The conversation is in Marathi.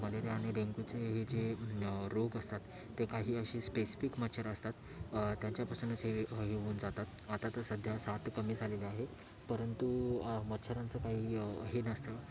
मलेरिया आणि डेंगूचे हे जे रोग असतात ते काही असे स्पेसिफिक मच्छर असतात त्यांच्यापासूनच हे होऊन जातात आता तर सध्या साथ कमी झालेली आहे परंतु मच्छरांचं काही हे नसतं